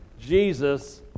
Jesus